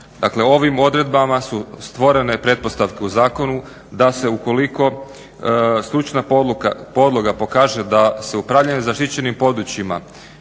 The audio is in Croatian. Dakle ovim odredbama su stvorene pretpostavke u zakonu da se ukoliko stručna podloga da se upravljanje zaštićenim područjima